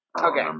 Okay